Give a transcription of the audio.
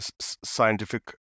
scientific